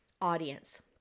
audience